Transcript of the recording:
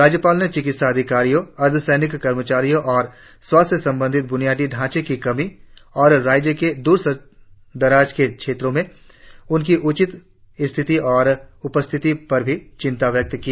राज्यपाल ने चिकित्सा अधिकारियों अर्धसैनिक कर्मचारियों और स्वास्थ्य से संबंधित बुनियादी ढांचे की कमी और राज्य के दूर दराज के क्षेत्रों में उनकी उचित स्थिति और उपस्थिति पर भी चिंता व्यक्त की